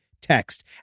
text